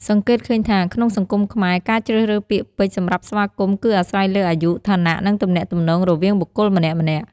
សង្កេតឃើញថាក្នុងសង្គមខ្មែរ ការជ្រើសរើសពាក្យពេចន៍សម្រាប់ស្វាគមន៍ គឺអាស្រ័យលើអាយុ ឋានៈ និងទំនាក់ទំនងរវាងបុគ្គលម្នាក់ៗ។